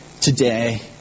today